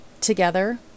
together